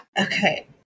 Okay